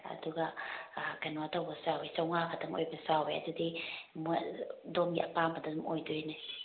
ꯑꯗꯨꯒ ꯑꯥ ꯀꯩꯅꯣ ꯇꯧꯕꯁꯨ ꯌꯥꯎꯏ ꯆꯥꯝꯃꯉꯥ ꯈꯛꯇꯪ ꯑꯣꯏꯕꯁꯨ ꯌꯥꯎꯏ ꯑꯗꯨꯗꯤ ꯑꯗꯣꯝꯒꯤ ꯑꯄꯥꯝꯕꯗ ꯑꯗꯨꯝ ꯑꯣꯏꯗꯣꯏꯅꯦ